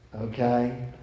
okay